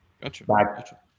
Gotcha